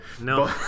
No